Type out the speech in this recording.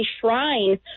shrine